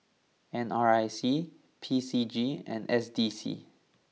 N R I C P C G and S D C